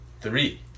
Three